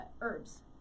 herbs